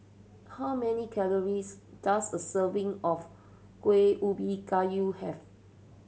how many calories does a serving of Kuih Ubi Kayu have